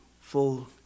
full